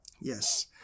yes